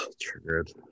Triggered